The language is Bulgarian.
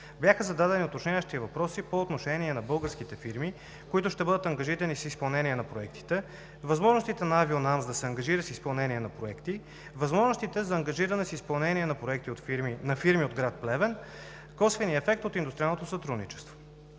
Бяха зададени уточняващи въпроси по отношение на: българските фирми, които ще бъдат ангажирани с изпълнение на проектите; възможностите на „Авионамс“ да се ангажира с изпълнение на проекти; възможностите за ангажиране с изпълнение на проекти на фирми от град Плевен; косвения ефект от индустриалното сътрудничество.